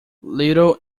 little